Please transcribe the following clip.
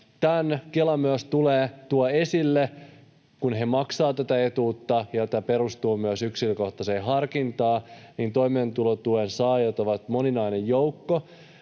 tämän. Kela myös tuo esille, että kun he maksavat tätä etuutta ja tämä perustuu myös yksilökohtaiseen harkintaan, niin toimeentulotuen saajat ovat moninainen joukko